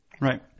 Right